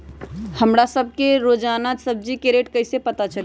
हमरा सब के रोजान सब्जी के रेट कईसे पता चली?